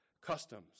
customs